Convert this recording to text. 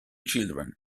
children